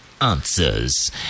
answers